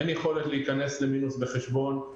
אין יכולות להיכנס למינוס בחשבון,